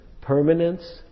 permanence